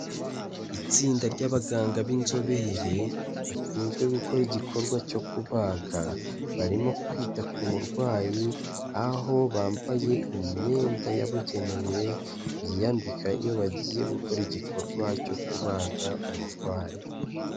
Itsinda ry'abaganga b'inzobere bashinzwe gukora igikorwa cyo kubaga, barimo kwita ku murwayi aho bambaye imyenda yabugenewe biyambika iyo bagiye gukora igikorwa cyo kubaga umurwayi.